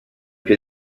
pio